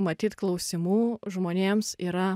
matyt klausimų žmonėms yra